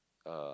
uh